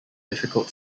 difficult